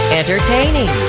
entertaining